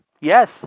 yes